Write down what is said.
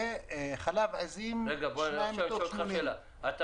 וחלב עזים שניים מתוך 80. אני אשאל אותך שאלה: אתה